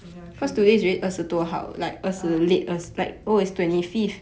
oh ya true ah